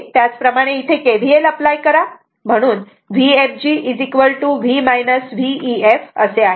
त्याच प्रमाणे इथे KVL अपलाय करा म्हणून Vfg V V ef असे आहे